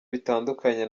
bitandukanye